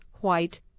white